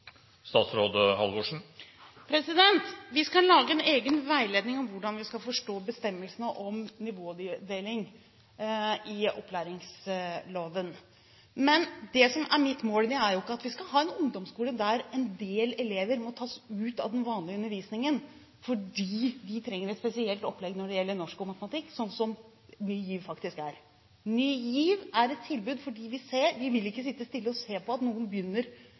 Vi skal lage en egen veiledning om hvordan vi skal forstå bestemmelsene om nivådeling i opplæringsloven. Men det som er mitt mål, er ikke å ha en ungdomsskole der en del elever må tas ut av den vanlige undervisningen fordi de trenger et spesielt opplegg i norsk og matematikk, slik som Ny GIV faktisk gjør. Vi har Ny GIV som et tilbud fordi vi ikke vil sitte stille og se på at noen begynner